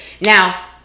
Now